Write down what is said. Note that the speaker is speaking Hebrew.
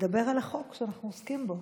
לדבר על החוק שאנחנו עוסקים בו.